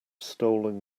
stolen